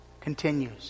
continues